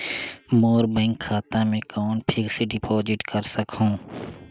मोर bank खाता मे कौन फिक्स्ड डिपॉजिट कर सकहुं?